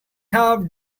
have